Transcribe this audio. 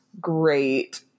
great